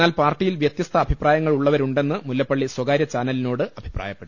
എന്നാൽ പാർട്ടിയിൽ വ്യത്യസ്ത അഭിപ്രായങ്ങൾ ഉള്ളവരുണ്ടെന്ന് മുല്ലപ്പള്ളി സ്ഥകാര്യ ചാനലിനോട് അഭിപ്രായപ്പെ ട്ടു